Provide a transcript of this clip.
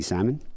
Simon